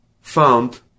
found